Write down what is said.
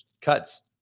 cuts